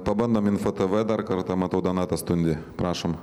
pabandom info tv dar kartą matau donatą stundį prašom